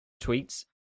tweets